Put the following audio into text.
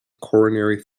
coronary